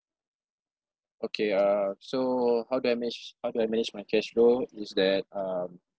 okay uh so how do I manage how do I manage my cashflow is that um